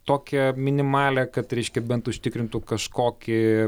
tokią minimalią kad reiškia bent užtikrintų kažkokį